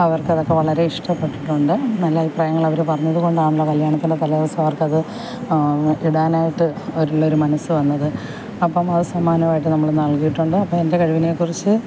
അവര്ക്ക് അതൊക്കെ വളരെ ഇഷ്ടപ്പെട്ടിട്ടുണ്ട് നല്ല അഭിപ്രായങ്ങള് അവർ പറഞ്ഞത് കൊണ്ടാണല്ലോ കല്യാണത്തിന്റെ തലേ ദിവസം അവര്ക്ക് അത് ഇടാനായിട്ടുള്ള ഒരു മനസ് വന്നത് അപ്പോൾ അത് സമ്മാനമായി നമ്മൾ നല്കിയിട്ടുണ്ട് അപ്പോൾ എന്റെ കഴിവിനെ കുറിച്ച്